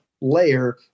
layer